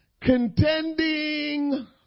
Contending